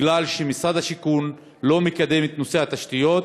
כי משרד השיכון לא מקדם את נושא התשתיות